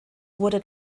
wurde